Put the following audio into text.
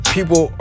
People